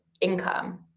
income